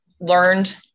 learned